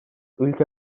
ülke